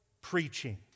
preaching